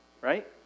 right